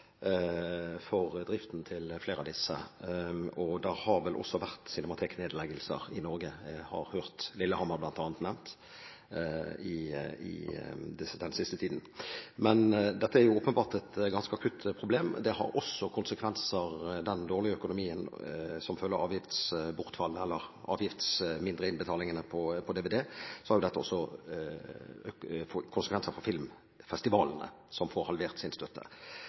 for driften til flere av disse. Det har vel også vært cinemateknedleggelser i Norge – jeg har hørt at Lillehammer bl.a. har blitt nevnt den siste tiden. Dette er åpenbart et ganske akutt problem. Den dårlige økonomien som følge av mindre avgiftsinntekter på grunn av nedgang i salget av dvd har jo også konsekvenser for filmfestivalene, som får halvert sin støtte.